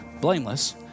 blameless